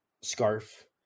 scarf